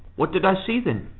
what did i see then?